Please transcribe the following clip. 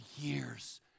years